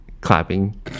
clapping